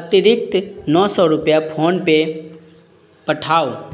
अतिरिक्त नओ सओ रुपैआ फोन पे पठाउ